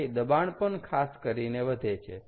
આથી દબાણ પણ ખાસ કરીને વધે છે